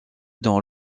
dans